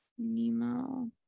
nemo